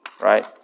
right